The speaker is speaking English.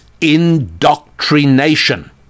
indoctrination